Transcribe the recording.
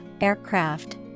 aircraft